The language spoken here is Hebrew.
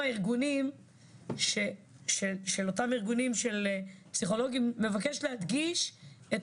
הארגונים של אותם ארגונים של פסיכולוגים מבקש להדגיש את